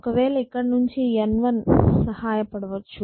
ఒకవేళ ఇక్కడ నుంచి N1 సహాయపడవచ్చు